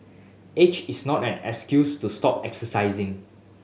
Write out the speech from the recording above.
age is not an excuse to stop exercising